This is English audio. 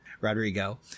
rodrigo